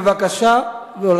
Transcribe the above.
בבקשה.